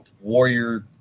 warrior